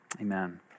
amen